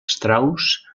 strauss